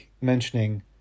mentioning